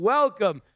Welcome